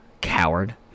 Coward